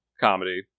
comedy